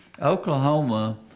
Oklahoma